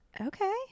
Okay